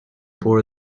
bore